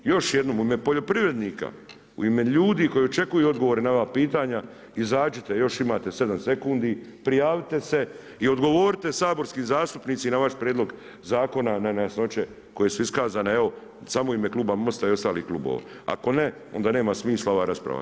Još jednom u ime poljoprivrednika u ime ljudi koji očekuju odgovore na ova pitanja izađite još imate sedam sekundi, prijavite se i odgovorite saborskim zastupnicima na vaš prijedlog zakona na nejasnoće koje su iskazane, evo samo u ime kluba Most-a i ostalih klubova, ako ne onda nema smisla ova rasprava.